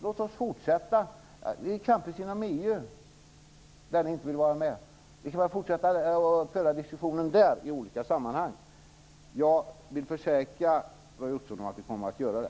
Låt oss fortsätta med detta t.ex. inom EU. Där vill ni ju inte vara med, men vi kan väl föra diskussionen där i olika sammanhang. Jag vill försäkra Roy Ottosson om att vi kommer att göra det.